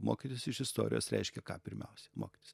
mokytis iš istorijos reiškia ką pirmiausiai mokytis